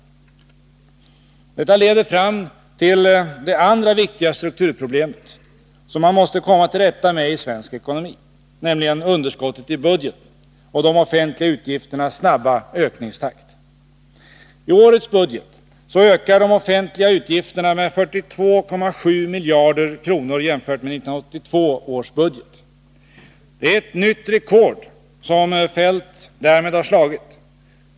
Detta leder fram till det andra viktiga strukturproblem som man måste komma till rätta med i svensk ekonomi, nämligen underskottet i budgeten och de offentliga utgifternas snabba ökningstakt. I årets budget ökar de offentliga utgifterna med 42,7 miljarder kronor jämfört med 1982 års budget. Det är ett nytt rekord som herr Feldt därmed har slagit.